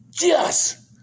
Yes